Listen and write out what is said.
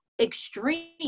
extreme